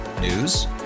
News